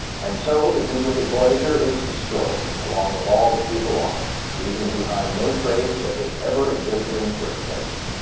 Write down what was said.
and so the duplicate voyager is destroyed along with all the people on it, leaving behind no trace that they ever existed in the first place!